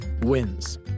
wins